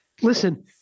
listen